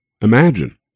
Imagine